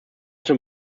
zum